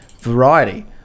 Variety